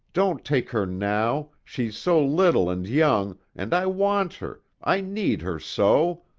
don't take her now, she's so little and young, and i want her, i need her so!